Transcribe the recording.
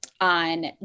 on